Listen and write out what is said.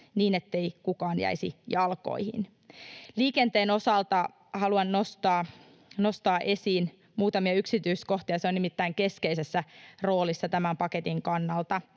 niin ettei kukaan jäisi jalkoihin. Liikenteen osalta haluan nostaa esiin muutamia yksityiskohtia — se on nimittäin keskeisessä roolissa tämän paketin kannalta.